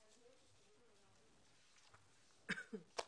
שלום וברכה, כבוד הרבנים,